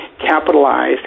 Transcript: capitalized